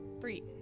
Three